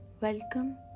Welcome